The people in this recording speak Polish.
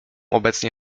obecnie